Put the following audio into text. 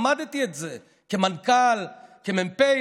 למדתי את זה כמנכ"ל, כמ"פ.